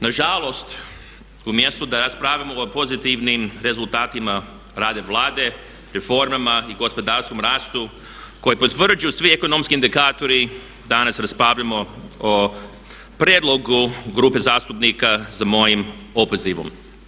Na žalost umjesto da raspravljamo o pozitivnim rezultatima rada Vlade, reformama i gospodarskom rastu koji potvrđuju svi ekonomski indikatori danas raspravljamo o prijedlogu grupe zastupnike za mojim opozivom.